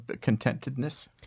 contentedness